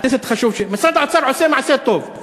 הכנסת, חשוב, משרד האוצר עושה מעשה טוב.